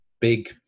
big